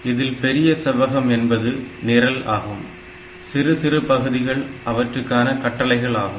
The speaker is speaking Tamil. இதில் பெரிய செவ்வகம் என்பது நிரல் ஆகும் சிறு சிறு பகுதிகள் அவற்றுக்கான கட்டளைகள் ஆகும்